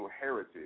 heritage